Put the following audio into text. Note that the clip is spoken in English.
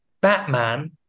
Batman